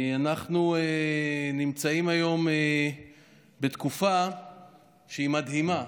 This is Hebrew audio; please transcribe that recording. אנחנו נמצאים היום בתקופה מדהימה: